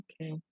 okay